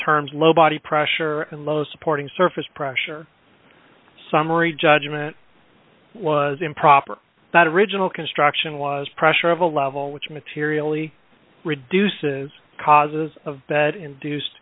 terms low body pressure and low supporting surface pressure summary judgment was improper that original construction was pressure of a level which materially reduces causes of bed induced